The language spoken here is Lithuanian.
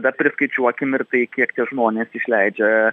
bet priskaičiuokim ir tai kiek tie žmonės išleidžia